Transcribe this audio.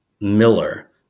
Miller